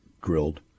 grilled